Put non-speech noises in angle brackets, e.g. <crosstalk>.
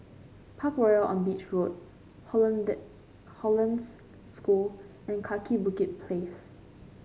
Parkroyal on Beach Road <unintelligible> Hollandse School and Kaki Bukit Place